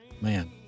man